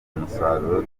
umusaruro